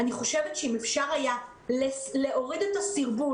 אני חושבת שאם אפשר היה להוריד את הסרבול